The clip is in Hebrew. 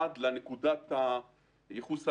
עד נקודת הייחוס הבאה,